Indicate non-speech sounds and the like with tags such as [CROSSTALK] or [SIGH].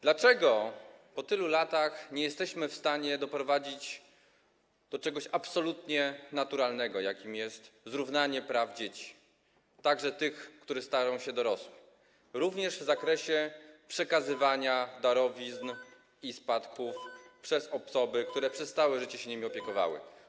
Dlaczego po tylu latach nie jesteśmy w stanie doprowadzić do czegoś tak absolutnie naturalnego jak zrównanie praw dzieci, także tych, które stają się dorosłe, również w zakresie [NOISE] przekazywania darowizn i spadków przez osoby, które przez całe życie się nimi opiekowały?